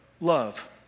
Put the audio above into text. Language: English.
Love